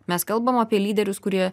mes kalbam apie lyderius kurie